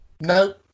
no